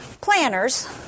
planners